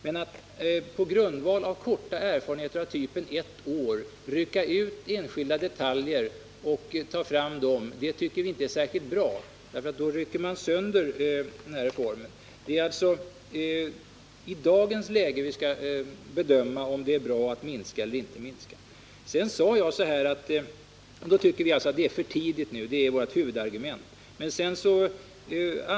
Men att på grundval av kortvariga erfarenheter — under bara ett år — rycka ut enskilda detaljer tycker vi inte är särskilt bra, eftersom man därmed skulle rycka sönder reformen. Det är i dagens läge vi skall bedöma om det är bra att minska representationen eller inte. Vårt huvudargument är alltså att det är för tidigt att göra denna bedömning nu.